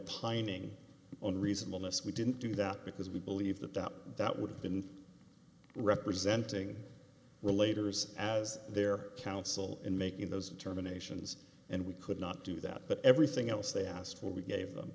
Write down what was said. opining on reasonableness we didn't do that because we believe that doubt that would have been representing relator is as their counsel in making those determinations and we could not do that but everything else they asked for we gave them